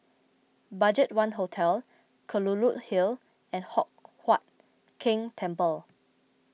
Budgetone Hotel Kelulut Hill and Hock Huat Keng Temple